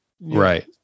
Right